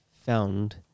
Found